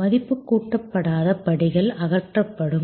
மதிப்பு கூட்டப்படாத படிகள் அகற்றப்படும்